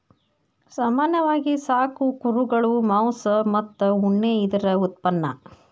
ಸಾಮಾನ್ಯವಾಗಿ ಸಾಕು ಕುರುಗಳು ಮಾಂಸ ಮತ್ತ ಉಣ್ಣಿ ಇದರ ಉತ್ಪನ್ನಾ